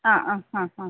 ആ ആ ആ ആ